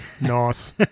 Nice